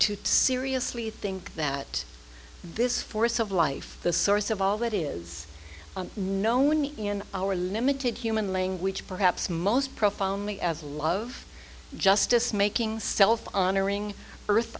to seriously think that this force of life the source of all that is known in our limited human language perhaps most profoundly as love justice making self honoring earth